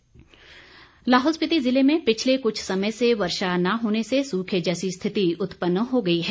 लाहौल मौसम लाहौल स्पिति ज़िले में पिछले कुछ समय से वर्षा न होने से सूखे जैसी स्थिति उत्पन्न हो गई है